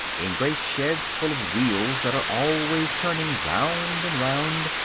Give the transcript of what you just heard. in great sheds full of wheels that are always turning round and round,